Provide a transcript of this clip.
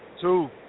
Two